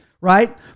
right